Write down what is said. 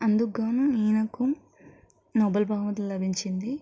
అదుకుగాను ఈయనకు నోబెల్ బహుమతి లభించింది